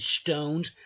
stones